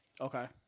Okay